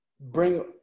bring